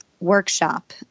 workshop